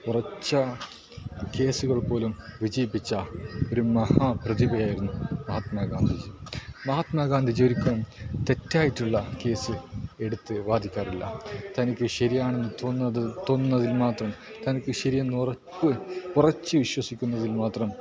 ഉറച്ച കേസുകൾ പോലും വിജയിപ്പിച്ച ഒരു മഹാ പ്രതിഭയായിരുന്നു മഹാത്മാ ഗാന്ധിജി മഹാത്മാ ഗാന്ധിജി ഒരിക്കലും തെറ്റായിട്ടുള്ള കേസ് എടുത്ത് വാദിക്കാറില്ല തനിക്ക് ശരിയാണെന്ന് തോന്നുന്നത് തോന്നുന്നതിൽ മാത്രം തനിക്ക് ശരിയെന്ന് ഉറപ്പ് ഉറച്ച് വിശ്വസിക്കുന്നതിൽ മാത്രം